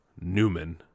Newman